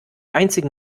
einzigen